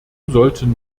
sollten